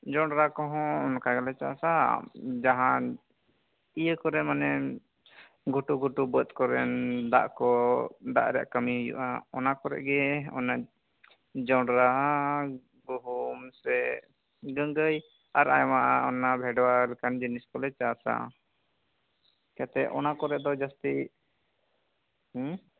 ᱡᱚᱱᱰᱨᱟ ᱠᱚᱦᱚᱸ ᱚᱱᱠᱟ ᱜᱮᱞᱮ ᱪᱟᱥᱟ ᱡᱟᱦᱟᱸ ᱤᱭᱟᱹ ᱠᱚᱨᱮ ᱢᱟᱱᱮ ᱜᱷᱩᱴᱩ ᱜᱷᱩᱴᱩ ᱵᱟᱹᱫ ᱠᱚᱨᱮ ᱫᱟᱜ ᱠᱚ ᱫᱟᱜ ᱨᱮᱭᱟ ᱠᱟᱹᱢᱤ ᱦᱩᱭᱩᱜᱼᱟ ᱚᱱᱟᱠᱚᱨᱮ ᱜᱮ ᱚᱱᱟ ᱡᱚᱱᱰᱨᱟ ᱜᱩᱦᱩᱢ ᱥᱮ ᱰᱟᱹᱜᱟᱹᱭ ᱟᱨ ᱟᱭᱢᱟ ᱚᱱᱟ ᱵᱷᱮᱰᱣᱟ ᱞᱮᱠᱟᱱ ᱡᱤᱱᱤᱥ ᱠᱚᱞᱮ ᱪᱟᱥᱟ ᱡᱟᱛᱮ ᱚᱱᱟ ᱠᱚᱨᱮ ᱫᱚ ᱡᱟᱹᱥᱛᱤ